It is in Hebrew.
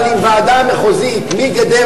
אבל אם ועדה מחוזית מגדרה